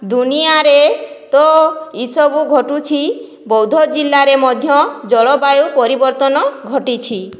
ଦୁନିଆରେ ତ ଇସବୁ ଘଟୁଛି ବୌଦ୍ଧ ଜିଲ୍ଲାରେ ମଧ୍ୟ ଜଳବାୟୁ ପରିବର୍ତ୍ତନ ଘଟିଛି